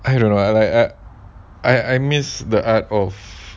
I don't know I like err I I miss the art of